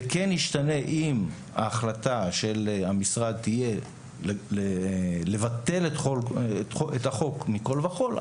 זה כן ישתנה אם ההחלטה של המשרד תהיה לבטל את החוק מכל וכול,